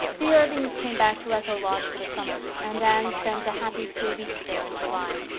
the irvings came back to echo lodge for the summer, and anne spent a happy three weeks there in july.